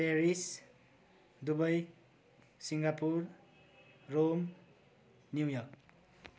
Paris Dubai Singapore Rome New York